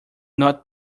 not